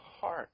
heart